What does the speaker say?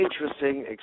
interesting